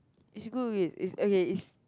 it's good it it okay is